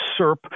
SERP